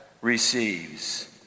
receives